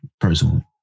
personally